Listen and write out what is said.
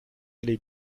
allée